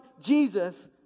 Jesus